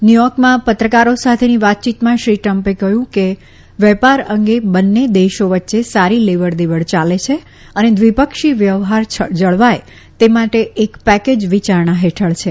ન્યુચોર્કમા પત્રકારો સાથેની વાતચીતમાં શ્રી ટ્રમ્પે કહ્યું કે વેપાર અંગે બંને દેશો વચ્ચે સારી લેવડ દેવડ ચાલે છે અને દ્વિપક્ષી વ્યવહાર જળવાય તે માટે એક પેકેજ વિયારણા હેઠળ છે